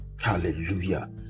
hallelujah